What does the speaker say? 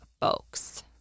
folks